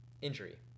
Injury